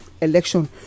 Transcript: election